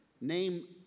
Name